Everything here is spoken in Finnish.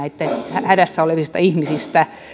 hädässä olevista ihmisistä